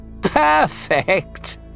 Perfect